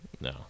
No